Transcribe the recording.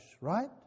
right